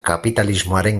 kapitalismoaren